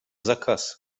заказ